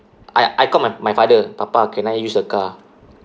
I I called my my father papa can I use the car